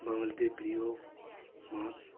বাঙালিদের প্রিয় মাছ